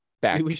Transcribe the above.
back